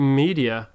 media